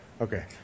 Okay